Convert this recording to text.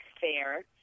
fair